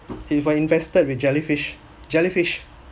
it was infested with jellyfish jellyfish